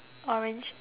orange